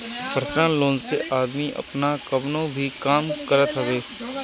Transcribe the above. personal loan से आदमी आपन कवनो भी काम करत हवे